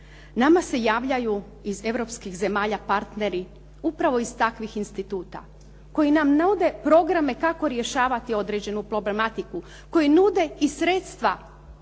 Nama se javljaju iz europskih zemalja partneri upravo iz takvih instituta koji nam nude programe kako rješavati određenu problematiku, koji nude i sredstva